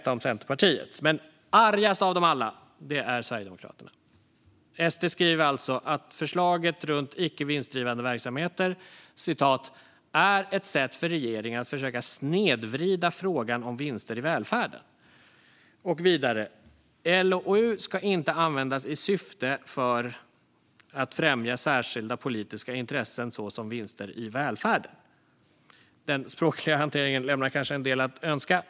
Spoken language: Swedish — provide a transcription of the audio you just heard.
Argast av dem alla är Sverigedemokraterna. SD skriver att förslaget om icke vinstdrivande verksamheter "är ett sätt för regeringen att försöka snedvrida frågan om vinster i välfärden". Vidare säger de: "LOU ska inte användas i syfte för att främja särskilda politiska intressen såsom vinster i välfärden" - den språkliga hanteringen lämnar kanske en del att önska.